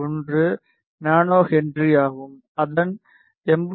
1 NH ஆகும் அதன் 82